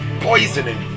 Poisoning